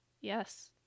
Yes